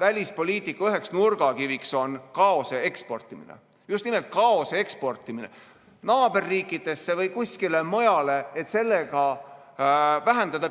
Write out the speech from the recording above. välispoliitika üheks nurgakiviks on kaose eksportimine – just nimelt kaose eksportimine naaberriikidesse või kuskile mujale, et sellega vähendada